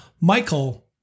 Michael